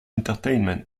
entertainment